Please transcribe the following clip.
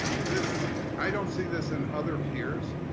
is this i don't see this and other peers.